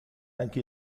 anche